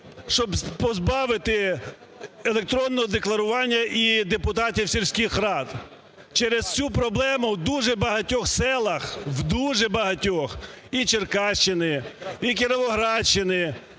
щоб позбавити електронного декларування і депутатів сільських рад. Через цю проблему в дуже багатьох селах, в дуже багатьох, і Черкащини, і Кіровоградщини,